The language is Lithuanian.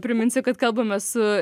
priminsiu kad kalbame su